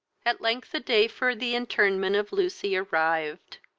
at length the day for the interment of lucy arrived.